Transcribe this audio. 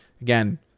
again